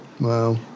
Wow